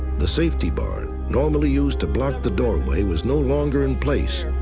the safety bar, normally used to block the doorway, was no longer in place.